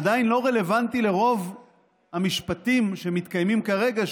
עדיין לא רלוונטי לרוב המשפטים שמתקיימים כרגע,